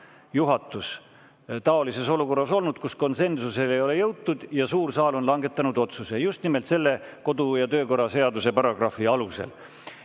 samasuguses olukorras, kus konsensusele ei ole jõutud ja suur saal on langetanud otsuse, just nimelt selle kodu- ja töökorra seaduse paragrahvi alusel.